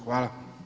Hvala.